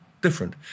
different